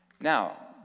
Now